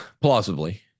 plausibly